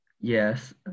Yes